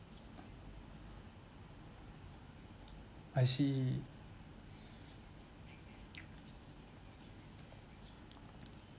I see